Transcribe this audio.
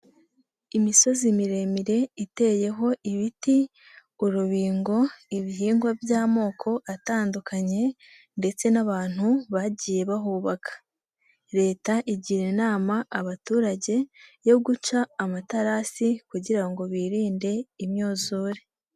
Imisozi miremire iteyeho ibiti, urubingo, ibihingwa by'amoko atandukanye ndetse n'abantu bagiye bahubaka. Leta igira inama, abaturage yo guca amaterasi kugira ngo birinde imyuzure.